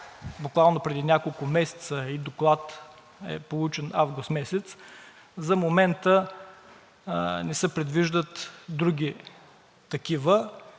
буквално преди няколко месеца и доклад е получен август месец, за момента не се предвиждат други такива,